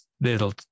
little